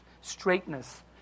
straightness